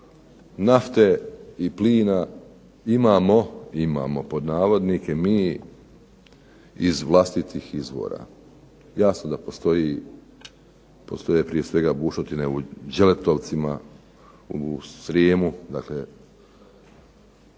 nafte i plina imamo, "imamo" pod navodnike, mi iz vlastitih izvora. Jasno da postoje prije svega bušotine u Đeletovcima, u Srijemu. Dakle,